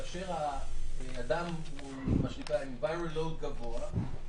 כאשר האדם הוא עם viral load גבוה,